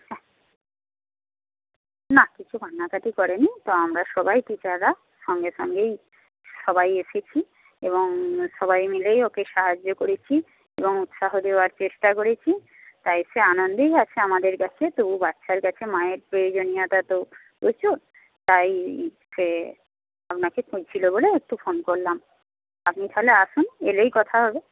হ্যাঁ না কিছু কান্নাকাটি করেনি তো আমরা সবাই টিচাররা সঙ্গে সঙ্গেই সবাই এসেছি এবং সবাই মিলেই ওকে সাহায্য করেছি এবং উৎসাহ দেওয়ার চেষ্টা করেছি তাই সে আনন্দেই আছে আমাদের কাছে তবু বাচ্চার কাছে মায়ের প্রয়োজনীয়তা তো প্রচুর তাই সে আপনাকে খুঁজছিল বলে একটু ফোন করলাম আপনি তাহলে আসুন এলেই কথা হবে